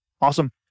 Awesome